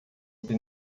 the